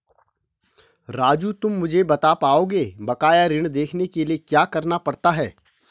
राजू तुम मुझे बता पाओगे बकाया ऋण देखने के लिए क्या करना पड़ता है?